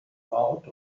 out